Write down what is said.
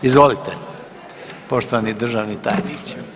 Izvolite poštovani državni tajniče.